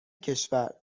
کشور